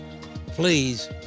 Please